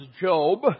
Job